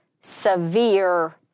severe